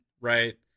Right